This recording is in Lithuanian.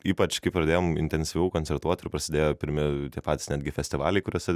ypač kai pradėjome intensyviau koncertuoti ir prasidėjo pirmi tie patys netgi festivaliai kuriuose